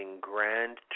Grand